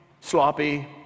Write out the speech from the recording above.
sloppy